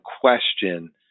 question